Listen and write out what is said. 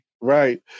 right